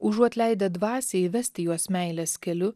užuot leidę dvasiai įvesti juos meilės keliu